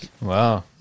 Wow